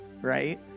right